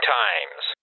times